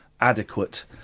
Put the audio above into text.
adequate